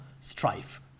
strife